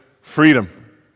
freedom